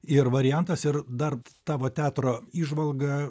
ir variantas ir dar tavo teatro įžvalga